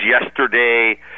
yesterday